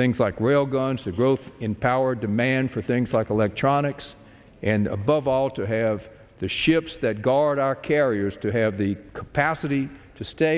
things like rail guns the growth in power demand for things like electronics and above all to have the ships that guard our carriers to have the capacity to stay